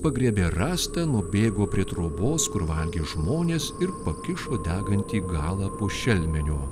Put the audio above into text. pagriebė rąstą nubėgo prie trobos kur valgė žmonės ir pakišo degantį galą po šelmeniu